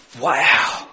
wow